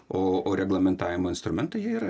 o o reglamentavimo instrumentai jie yra